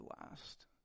last